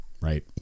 right